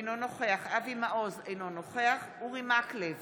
אינו נוכח אבי מעוז, אינו נוכח אורי מקלב,